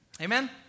Amen